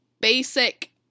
basic